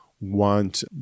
want